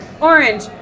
orange